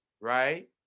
right